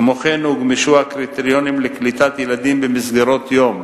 כמו כן הוגמשו הקריטריונים לקליטת ילדים במסגרות-יום.